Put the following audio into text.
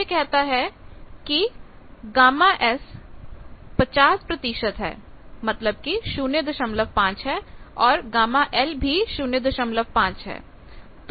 यह कहता है कि γS 50 है मतलब कि 05 है और γL भी 05 है